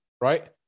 right